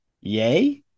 yay